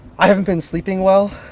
i haven't been sleeping well.